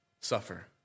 suffer